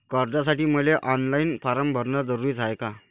कर्जासाठी मले online form भरन जरुरीच हाय का?